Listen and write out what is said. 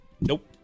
Nope